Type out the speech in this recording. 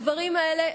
הדברים האלה,